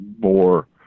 more